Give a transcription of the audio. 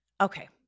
Okay